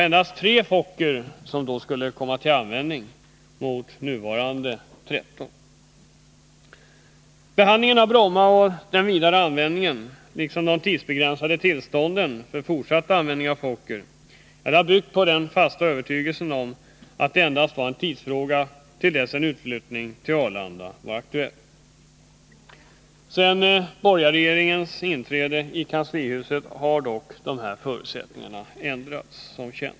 Endast 3 Fokker skulle då komma till användning mot nuvarande 13. tidsbegränsade tillstånden för fortsatt användning av Fokker, har byggt på Nr 53 den fasta övertygelsen att det endast var en tidsfråga innan en utflyttning till Arlanda var aktuell. Efter borgarregeringens inträde i kanslihuset har dock dessa förutsättningar ändrats.